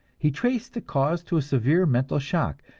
he traced the cause to a severe mental shock,